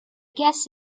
guess